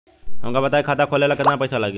हमका बताई खाता खोले ला केतना पईसा लागी?